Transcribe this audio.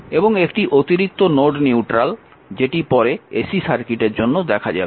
এবং একটি অতিরিক্ত নোড নিউট্রাল যেটি পরে AC সার্কিটের জন্য দেখা যাবে